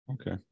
Okay